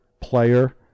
player